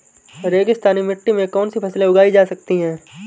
रेगिस्तानी मिट्टी में कौनसी फसलें उगाई जा सकती हैं?